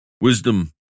Wisdom